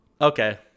okay